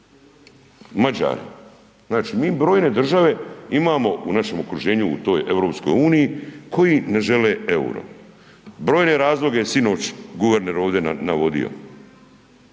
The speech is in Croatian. Mađare. Znači mi brojne države imamo u našem okruženju u toj EU koji ne žele EUR-o. Brojne razloge je sinoć guverner ovdje navodio,